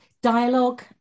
dialogue